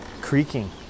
Creaking